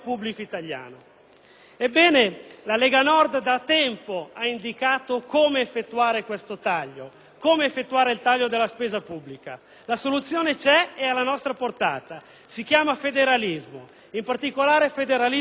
Ebbene, la Lega Nord da tempo ha indicato come effettuare il taglio della spesa pubblica; la soluzione c'è ed è alla nostra portata: si chiama federalismo e, in particolare, federalismo fiscale.